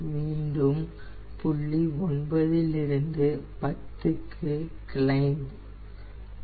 மீண்டும் புள்ளி 9 இல் இருந்து 10 ற்கு கிளைம்ப்